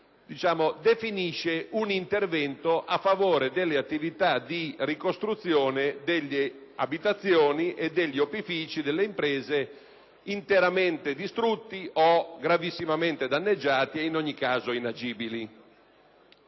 - un intervento a favore delle attività di ricostruzione delle abitazioni e degli opifici interamente distrutti o gravissimamente danneggiati e in ogni caso inagibili.